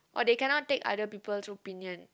or they cannot take other people's opinion